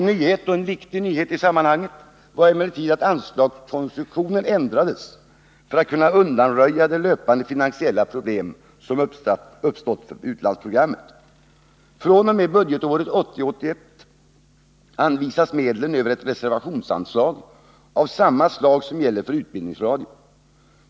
En nyhet och en viktig sådan i sammanhanget var emellertid att anslagskonstruktionen ändrats för att man skulle kunna undanröja de löpande finansiella problem som uppstått för utlandsprogrammet. fr.o.m. budgetåret 1980/81 anvisas medlen över ett reservationsanslag av samma slag som gäller för utbildningsradion.